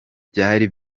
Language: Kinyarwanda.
byari